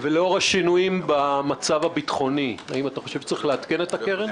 לאור השינויים במצב הביטחוני האם אתה חושב שצריך לעדכן את הקרן?